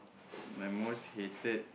my most hated